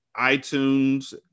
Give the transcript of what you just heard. iTunes